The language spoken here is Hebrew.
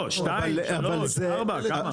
לא, שתיים, שלוש, ארבע, כמה?